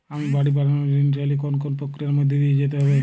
আমি বাড়ি বানানোর ঋণ চাইলে কোন কোন প্রক্রিয়ার মধ্যে দিয়ে যেতে হবে?